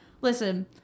listen